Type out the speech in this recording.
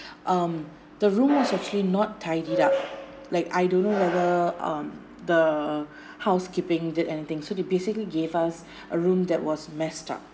um the room was actually not tidied up like I don't know whether um the housekeeping did anything so they basically gave us a room that was messed up